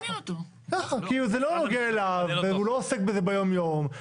כי זה לא נוגע אליו והוא לא עוסק בזה ביום יום.